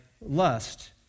lust